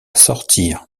sortir